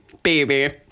Baby